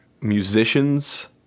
musicians